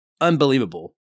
unbelievable